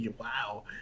wow